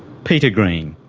peter green.